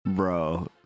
Bro